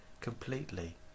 completely